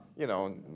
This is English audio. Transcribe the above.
you know,